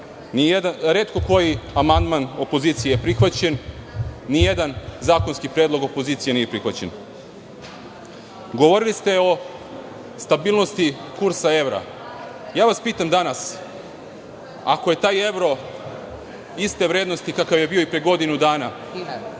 Retko koji amandman opozicije je prihvaćen. Nijedan zakonski predlog opozicije nije prihvaćen. Govorili ste o stabilnosti kursa evra, a ja vas pitam danas, ako je taj evro iste vrednosti kakav je bio i pre godinu dana,